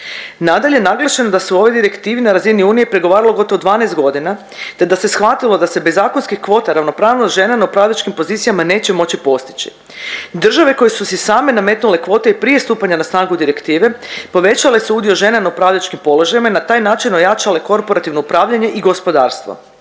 Nadalje, naglašeno je da se o ovoj direktivi na razini Unije pregovaralo gotovo 12.g., te da se shvatilo da se bez zakonskih kvota ravnopravnost žena na upravljačkim pozicijama neće moći postići. Države koje su si same nametnule kvote i prije stupanja na snagu direktive povećale su udio žena na upravljačkim položajima i na taj način pojačale korporativno upravljanje i gospodarstvo.